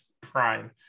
Prime